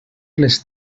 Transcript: les